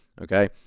okay